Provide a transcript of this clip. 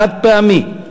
חד-פעמי,